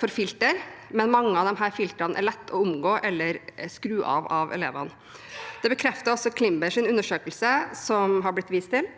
for filter, men mange av disse filtrene er det lett å omgå eller skru av av elevene. Det bekrefter også Climbrs undersøkelse som det har blitt vist til.